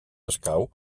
escau